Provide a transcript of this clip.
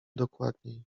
dokładniej